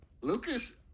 Lucas